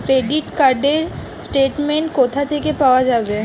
Credit card র statement কোথা থেকে পাওয়া যাবে?